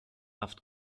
haft